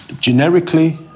Generically